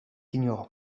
ignorant